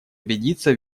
убедиться